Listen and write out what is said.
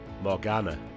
Morgana